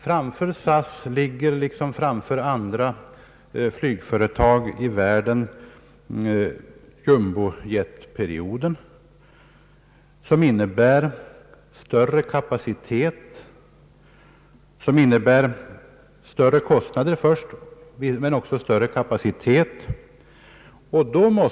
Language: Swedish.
Framför SAS ligger — liksom framför andra flygföretag i världen — jumbo-jet-perioden, som innebär större kostnader men också större kapacitet.